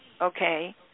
okay